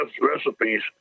recipes